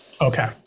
Okay